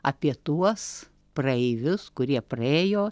apie tuos praeivius kurie praėjo